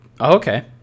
okay